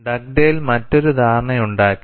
Dugdale മറ്റൊരു ധാരണയുണ്ടാക്കി